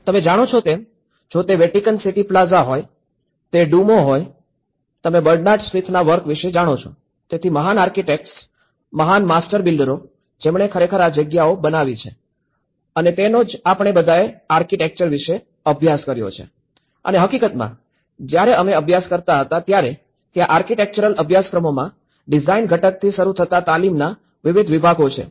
તમે જાણો છો તેમ જો તે વેટિકન સિટી પ્લાઝા હોય કે તે ડુમો હોય તમે બર્નાર્ડ સ્મિથના વર્ક વિશે જાણો છો તેથી મહાન આર્કિટેક્ટ્સ મહાન માસ્ટર બિલ્ડરો જેમણે ખરેખર આ જગ્યાઓ બનાવી છે અને તેનો જ આપણે બધાએ આર્કિટેક્ચર વિશે અભ્યાસ કર્યો છે અને હકીકતમાં જ્યારે અમે અભ્યાસ કરતા હતા ત્યારે ત્યાં આર્કિટેક્ચરલ અભ્યાસક્રમોમાં ડિઝાઇન ઘટકથી શરૂ થતા તાલીમના વિવિધ વિભાગો છે